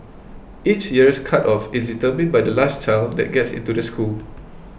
each year's cut off is determined by the last child that gets into the school